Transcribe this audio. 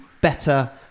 Better